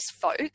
folk